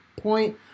point